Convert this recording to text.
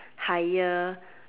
higher